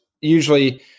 usually